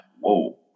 Whoa